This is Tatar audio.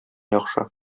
яхшы